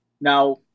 Now